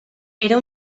era